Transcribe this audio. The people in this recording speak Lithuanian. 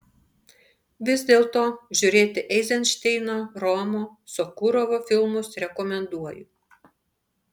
vis dėlto žiūrėti eizenšteino romo sokurovo filmus rekomenduoju